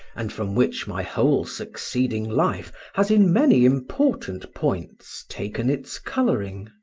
and from which my whole succeeding life has in many important points taken its colouring.